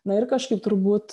na ir kažkaip turbūt